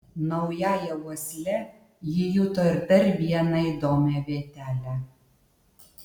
naująja uosle ji juto ir dar vieną įdomią vietelę